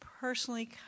personally